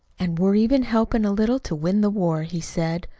and we're even helping a little to win the war he said,